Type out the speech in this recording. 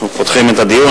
פותחים את הדיון.